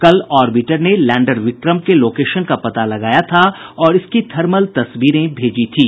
कल ऑर्बिटर ने लैंडर विक्रम के लोकेशन का पता लगाया था और इसकी थर्मल तस्वीरें भेजी थी